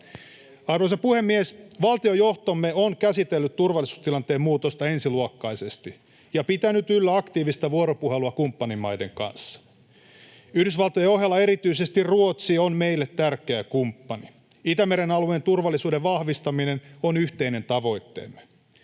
Arvoisa puhemies! Valtiojohtomme on käsitellyt turvallisuustilanteen muutosta ensiluokkaisesti ja pitänyt yllä aktiivista vuoropuhelua kumppanimaiden kanssa. Yhdysvaltojen ohella erityisesti Ruotsi on meille tärkeä kumppani: Itämeren alueen turvallisuuden vahvistaminen on yhteinen tavoitteemme.